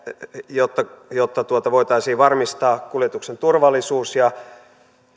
jotta jotta voitaisiin varmistaa kuljetuksen turvallisuus ja